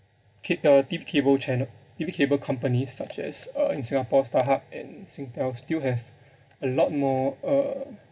ca~ uh T_V cable channel T_V cable companies such as uh in singapore starhub and singtel still have a lot more uh